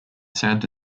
santa